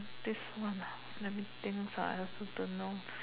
this one ah let me thinks ah I also don't know